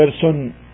person